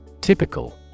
Typical